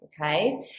okay